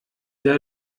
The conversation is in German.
der